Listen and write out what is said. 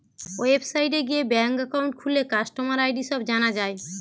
ওয়েবসাইটে গিয়ে bank account খুললে কাস্টমার আই.ডি সব জানা যায়